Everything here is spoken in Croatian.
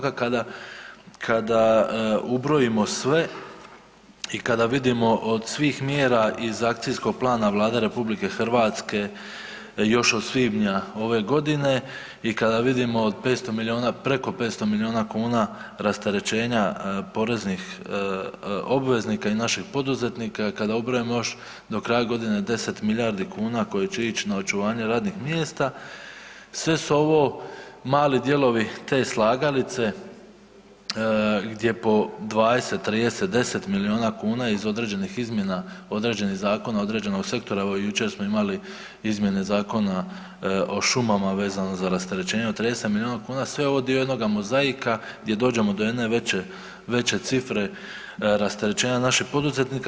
Kada, kada ubrojimo sve i kada vidimo od svih mjera iz akcijskog plana Vlade RH još od svibnja ove godine i kada vidimo 500 milijona, preko 500 milijona kuna rasterećenja poreznih obveznika i naših poduzetnika, kada ubrojimo još do kraja godine 10 milijardi kuna koje će ić na očuvanje radnih mjesta, sve su ovo mali dijelovi te slagalice gdje po 20, 30, 10 milijona kuna iz određenih izmjena, određenih zakona, određenog sektora, evo jučer smo imali izmjene Zakona o šumama vezano za rasterećenje od 30 milijona kuna, sve je ovo dio jednoga mozaika gdje dođemo do jedne veće, veće cifre rasterećenja naših poduzetnika.